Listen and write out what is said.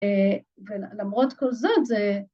‫ולמרות כל זאת זה...